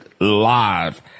live